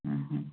ହୁଁ ହୁଁ